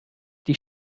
die